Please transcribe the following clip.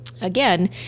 Again